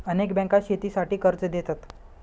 अनेक बँका शेतीसाठी कर्ज देतात